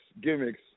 gimmicks